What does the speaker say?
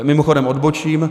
Mimochodem odbočím.